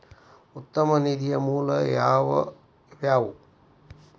ಉತ್ತಮ ನಿಧಿಯ ಮೂಲ ಯಾವವ್ಯಾವು?